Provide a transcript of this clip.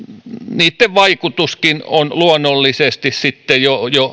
niitten vaikutuskin on luonnollisesti sitten jo jo